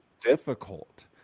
difficult